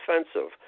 offensive